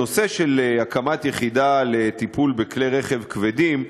הנושא של הקמת יחידה לטיפול בכלי-רכב כבדים,